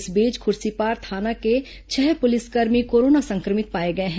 इस बीच खुर्सीपार थाना के छह पुलिसकर्मी कोरोना संक्रमित पाए गए हैं